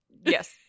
Yes